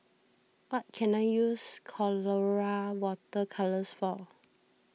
what can I use Colora Water Colours for